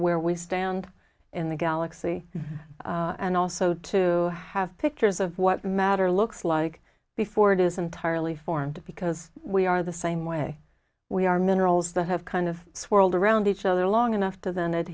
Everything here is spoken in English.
where we stand in the galaxy and also to have pictures of what matter looks like before it is entirely formed because we are the same way we are minerals that have kind of swirled around each other long enough to then it